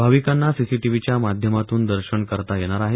भाविकांना सीसीटीव्हीच्या माध्यमातून दर्शन करता येणार आहे